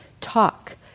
talk